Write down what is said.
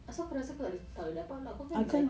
asal kau rasa kau takleh takleh dapat pula kau kan designer